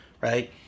right